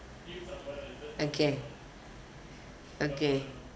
okay okay